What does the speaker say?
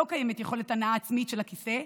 לא קיימת יכולת הנעה עצמית של הכיסא,